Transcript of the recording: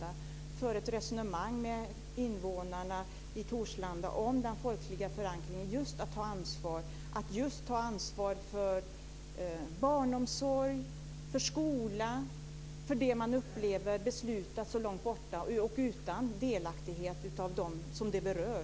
Jag skulle föreslå att han för ett resonemang med invånarna i Torslanda om den folkliga förankringen - om att ta ansvar för barnomsorg, för skola, för det man upplever beslutas så långt borta utan delaktighet för dem det berör.